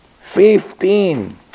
Fifteen